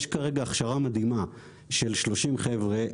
כרגע יש הכשרה מדהימה של 30 חבר'ה,